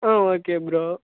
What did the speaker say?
ah okay bro